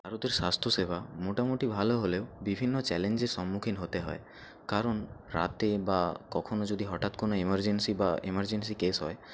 ভারতের স্বাস্থ্যসেবা মোটামুটি ভালো হলেও বিভিন্ন চ্যালেঞ্জের সম্মুখীন হতে হয় কারণ রাতে বা কখনও যদি হঠাৎ কোনও এমার্জেন্সি বা এমার্জেন্সি কেস হয়